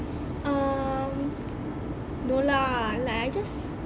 um no lah like I just